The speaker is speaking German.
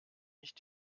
nicht